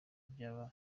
byaba